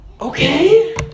okay